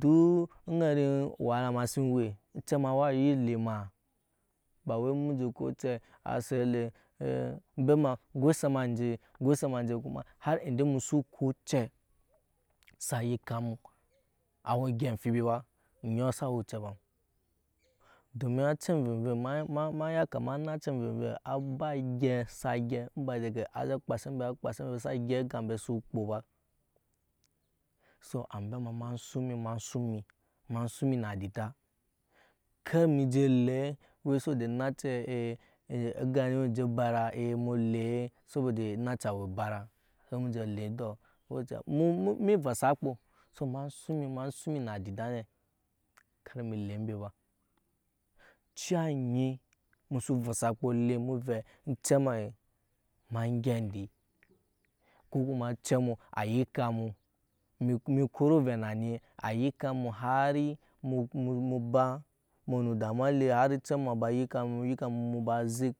duk aŋet owahala ma si we ocɛ ma wa nyi lee ema ba we mu je ko ocɛ a set ele na obe ema ogoi sama anje goi sama anje kuma har ende musu ko ocɛ sa yika mu a we ogyɛp amfibi ba oŋɔɔ sa we oce ba domin acɛ amvavei ema ya kama anace amvervei ba gyr-p sa gyɛp mba dege a ce kpaa se mbe na kpaa se ma sa gyep egap mbe su kpo ba so ambe ma ema suŋ mi ma suŋ mi ema suŋ emi na adida ker emi je lee wa sobo de onace egap ni owe enje bara ce emu lee sobo de onae awe bara se mu je lee endɔɔ emu mu vɔsa akpo so ema sun mi ma suŋ emi na adida ne ker emi lee embe ciya onyi mu sa bɔsa lee mu vɛ ocɛ a ema engyɛp endee ko kuma ocɛ mu a yike mu kɔrɔ ovɛ na ni a yika nu bari mu ba mu we nu damuwa ele hari ocɛ mu a ba yika mu yika nu mu ba zek